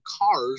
cars